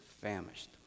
famished